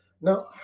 Now